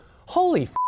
Holy